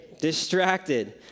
distracted